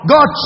God